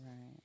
Right